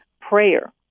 prayer